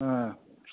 ஆ